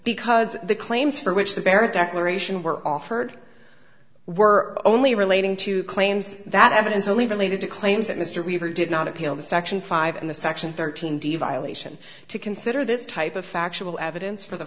because the claims for which the bare declaration were offered were only relating to claims that evidence only related to claims that mr weaver did not appeal to section five in the section thirteen d violation to consider this type of factual evidence for the